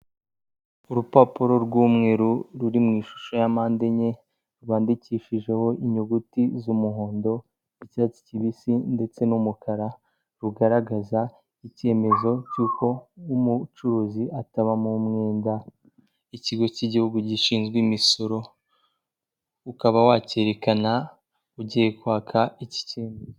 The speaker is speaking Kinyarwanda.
Urupapuro rw'umweru ruri mu ishusho ya mpande enye, rwandikishijeho inyuguti z'umuhondo, icyatsi kibisi ndetse n'umukara, rugaragaza icyemezo cy'uko umucuruzi atabamo umwenda. Ikigo cy'igihugu gishinzwe imisoro, ukaba wakerekana ugiye kwaka iki cye...